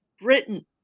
Britain